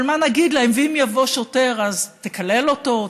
אבל מה נגיד להם: אם יבוא שוטר אז תקלל אותו?